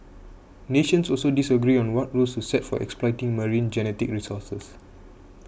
nations also disagree on what rules to set for exploiting marine genetic resources